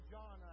John